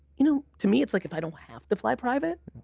you know to me it's like if i don't have to fly private,